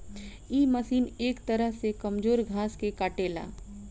इ मशीन एक तरह से कमजोर घास के काटेला